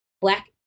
black